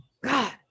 God